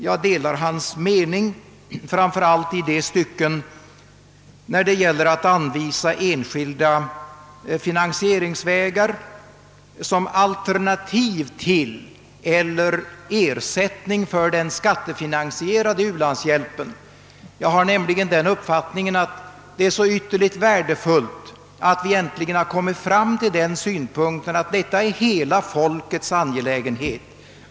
Jag delar hans mening, framför allt då det gäller att anvisa enskilda finansieringsvägar som alter nativ till eller ersättning för den skattefinansierade u-landshjälpen. Jag har nämligen den uppfattningen att det är ytterligt värdefullt att vi äntligen har kommit till insikt om att detta är hela folkets angelägenhet.